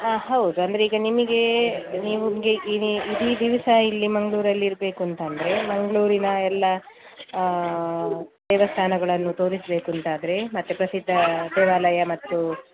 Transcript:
ಹಾಂ ಹೌದು ಅಂದರೆ ಈಗ ನಿಮಗೆ ನಿಮಗೆ ಇಡೀ ದಿವಸ ಇಲ್ಲಿ ಮಂಗ್ಳೂರಲ್ಲಿ ಇರಬೇಕು ಅಂತಂದರೆ ಮಂಗಳೂರಿನ ಎಲ್ಲಾ ದೇವಸ್ಥಾನಗಳನ್ನು ತೋರಿಸ್ಬೇಕು ಅಂತಾದರೆ ಮತ್ತೆ ಪ್ರಸಿದ್ದ ದೇವಾಲಯ ಮತ್ತು